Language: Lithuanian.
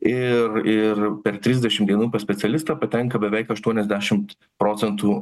ir ir per trisdešim dienų pas specialistą patenka beveik aštuoniasdešimt procentų